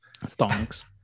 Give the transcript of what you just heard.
stonks